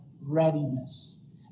readiness